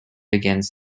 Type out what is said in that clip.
against